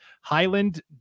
Highland